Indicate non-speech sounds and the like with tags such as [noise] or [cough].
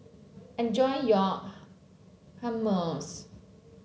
enjoy your [unintelligible] Hummus